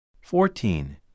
Fourteen